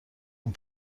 اون